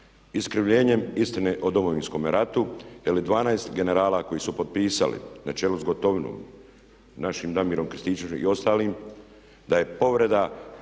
iskrivljenjem istine o Domovinskome ratu. …/Govornik se ne razumije./… 12 generala koji su potpisali na čelu sa Gotovinom, našim Damirom Krstičevićem i ostalim da je povreda